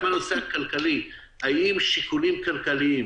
גם הנושא הכלכלי: האם שיקולים כלכליים